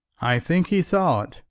i think he thought,